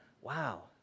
wow